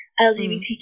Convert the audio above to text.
LGBTQ